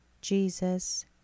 Jesus